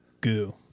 goo